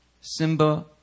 Simba